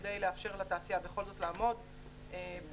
כדי לאפשר לתעשייה בכל זאת לעמוד בתוכניות.